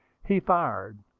he fired.